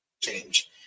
change